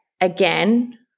again